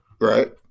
right